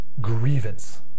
grievance